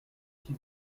qui